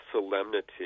solemnity